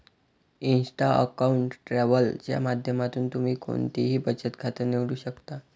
Insta account travel च्या माध्यमातून तुम्ही कोणतंही बचत खातं निवडू शकता